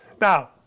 Now